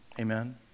Amen